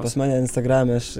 pas mane instagrame aš